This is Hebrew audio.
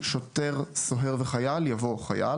קצר וקולע.